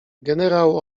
generał